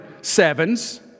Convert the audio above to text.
sevens